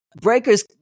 Breakers